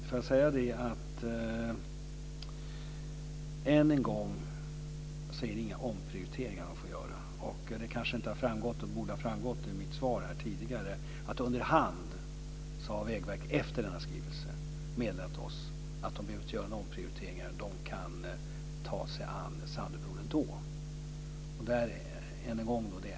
Fru talman! Än en gång vill jag säga att man inte får göra några omprioriteringar. Det kanske inte har framgått i mina tidigare svar - det borde det ha gjort - att Vägverket efter denna skrivelse under hand har meddelat oss att man inte behöver göra några omprioriteringar. De kan ta sig an Sandöbron ändå.